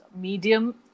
medium